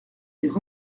des